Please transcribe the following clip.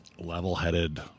level-headed